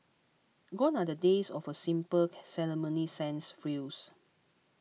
gone are the days of a simple ceremony sans frills